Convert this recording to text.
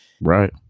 Right